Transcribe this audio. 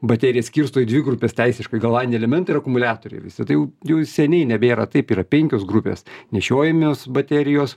baterijas skirsto į dvi grupes teisiškai galvaniniai elementai ir akumuliatoriai visa tai jau jau seniai nebėra taip yra penkios grupės nešiojamios baterijos